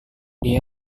dia